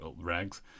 rags